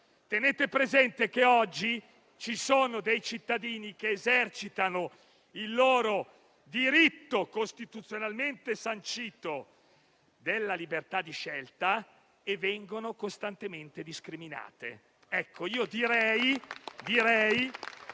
Tenete presente che oggi ci sono dei cittadini che esercitano il loro diritto costituzionalmente sancito della libertà di scelta e vengono costantemente discriminate.